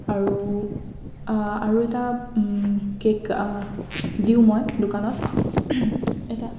আৰু আৰু এটা কে'ক দিওঁ মই দোকানত এটা